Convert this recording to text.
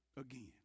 again